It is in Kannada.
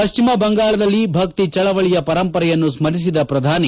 ಪಶ್ಚಿಮ ಬಂಗಾಳದಲ್ಲಿ ಭಕ್ತಿ ಚಳವಳಿಯ ಪರಂಪರೆಯನ್ನು ಸ್ಥರಿಸಿದ ಪ್ರಧಾನಿ